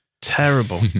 terrible